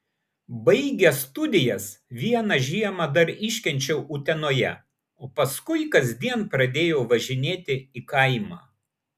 baigęs studijas vieną žiemą dar iškenčiau utenoje o paskui kasdien pradėjau važinėti į kaimą